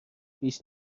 پیش